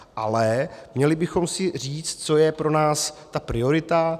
Ale měli bychom si říci, co je pro nás priorita.